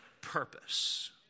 purpose